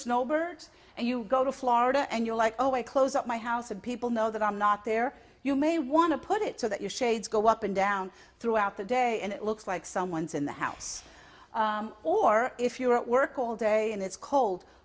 snowbirds and you go to florida and you're like oh i close up my house have people know that i'm not there you may want to put it so that your shades go up and down throughout the day and it looks like someone's in the house or if you're at work all day and it's cold